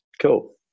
Cool